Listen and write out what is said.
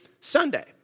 Sunday